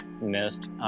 Missed